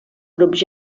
grups